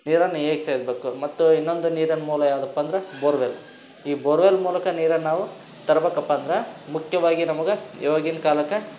ನೀರನ್ನು ಹೇಗ್ ಸೇದಬೇಕು ಮತ್ತು ಇನ್ನೊಂದು ನೀರಿನ ಮೂಲ ಯಾವುದಪ್ಪ ಅಂದ್ರೆ ಬೋರ್ವೆಲ್ ಈ ಬೋರ್ವೆಲ್ ಮೂಲಕ ನೀರನ್ನು ನಾವು ತರಬೇಕಪ್ಪ ಅಂದ್ರೆ ಮುಖ್ಯವಾಗಿ ನಮಗೆ ಇವಾಗಿನ ಕಾಲಕ್ಕೆ